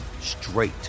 straight